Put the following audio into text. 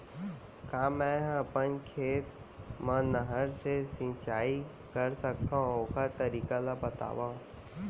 का मै ह अपन खेत मा नहर से सिंचाई कर सकथो, ओखर तरीका ला बतावव?